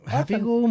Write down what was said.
Happy-go